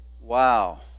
Wow